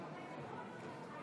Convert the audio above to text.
51, נגד, 48,